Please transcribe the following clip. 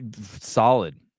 Solid